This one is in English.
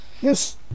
Yes